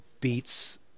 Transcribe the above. Beats